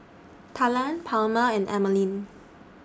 Talan Palma and Emeline